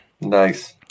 Nice